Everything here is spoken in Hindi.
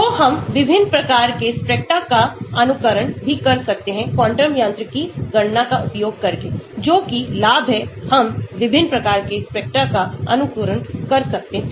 तो हम विभिन्न प्रकार के स्पेक्ट्रा का अनुकरण भी कर सकते हैं क्वांटम यांत्रिकी गणना का उपयोग करके जो कि लाभ है हम विभिन्न प्रकार के स्पेक्ट्रा का अनुकरण कर सकते हैं